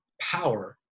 power